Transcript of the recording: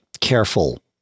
careful